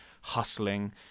hustling